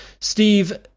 Steve